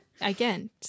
Again